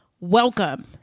welcome